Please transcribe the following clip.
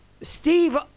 Steve